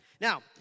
Now